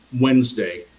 Wednesday